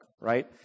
right